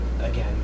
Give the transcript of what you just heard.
again